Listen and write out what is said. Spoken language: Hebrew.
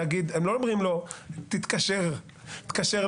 הם לא אומרים לו: "תתקשר למד"א",